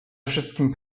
wszystkim